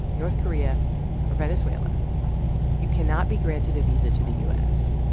north korea or venezuela you cannot be granted a visa to the u s.